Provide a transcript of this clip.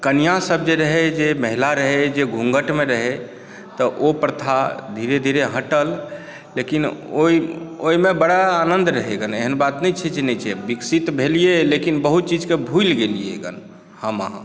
कनिआँसभ जे रहय जे महिला रहय घूँघटमे रहय तऽ ओ प्रथा धीरे धीरे हटल लेकिन ओहिमे बड़ा आनन्द रहय एहन बात नहि छै जे नहि छै विकसित भेलियै लेकिन बहुत चीजक भूलि गेलियै गन हम अहाँ